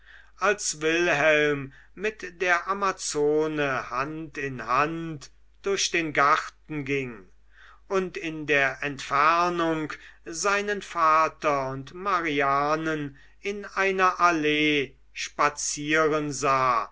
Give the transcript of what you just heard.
als wilhelm mit der amazone hand in hand durch den garten ging und in der entfernung seinen vater und marianen in einer allee spazieren sah